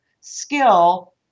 skill